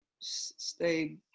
Stay